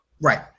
Right